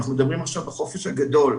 אנחנו מדברים עכשיו בחופש הגדול,